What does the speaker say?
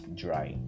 dry